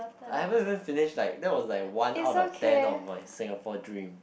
I haven't even finished like that was like one out of ten of my Singaporean dream